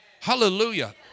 Hallelujah